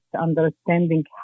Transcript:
understanding